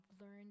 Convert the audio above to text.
learned